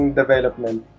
development